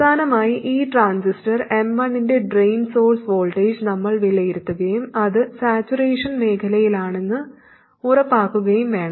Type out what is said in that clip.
അവസാനമായി ഈ transistor M1 ന്റെ ഡ്രെയിൻ സോഴ്സ് വോൾട്ടേജ് നമ്മൾ വിലയിരുത്തുകയും അത് സാച്ചുറേഷൻ മേഖലയിലാണെന്ന് ഉറപ്പാക്കുകയും വേണം